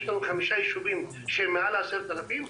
יש לנו חמישה יישובים שהם מעל 10,000,